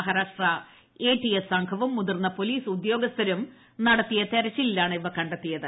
മഹാരാഷ്ട്ര ് A T S സംഘവും മുതിർന്ന പോലീസ് ഉദ്യോഗസ്ഥരും നടത്തിയ തിരച്ചിലിലാണ് ഇവ കണ്ടെത്തിയത്